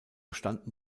standen